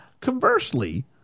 Conversely